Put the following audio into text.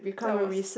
that was